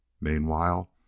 Meanwhile